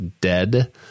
dead